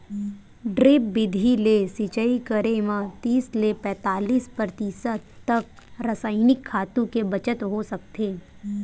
drip बिधि ले सिचई करे म तीस ले पैतालीस परतिसत तक रसइनिक खातू के बचत हो सकथे